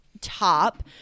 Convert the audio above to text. Top